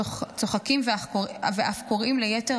צוחקים ואף קוראים ליתר